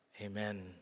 Amen